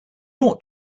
ought